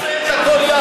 למה שלא נעשה הכול יחד?